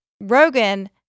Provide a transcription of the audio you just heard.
Rogan